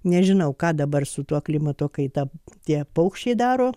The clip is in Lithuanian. nežinau ką dabar su tuo klimato kaita tie paukščiai daro